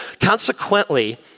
Consequently